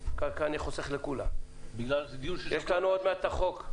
כי לנו עוד מעט את החוק.